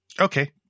Okay